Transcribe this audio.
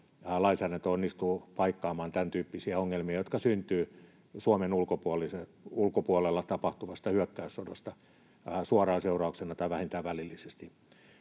lainsäädäntö onnistuu paikkaamaan tämäntyyppisiä ongelmia, jotka syntyvät Suomen ulkopuolella tapahtuvan hyökkäyssodan seurauksena suoraan tai vähintään välillisesti.